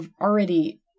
already